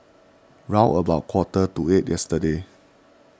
round about quarter to eight yesterday